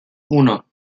uno